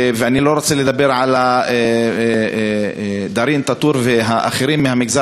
ואני לא רוצה לדבר על דארין טאטור ועל אחרים מהמגזר